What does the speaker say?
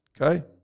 Okay